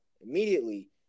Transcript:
immediately